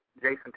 Jason